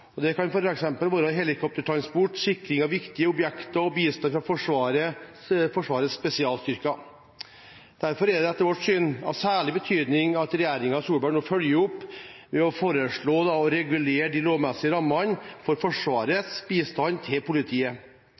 situasjoner. Det kan f.eks. være helikoptertransport, sikring av viktige objekter og bistand fra Forsvarets spesialstyrker. Derfor er det etter vårt syn av særlig betydning at regjeringen Solberg nå følger opp ved å foreslå å regulere de lovmessige rammene for Forsvarets bistand til politiet.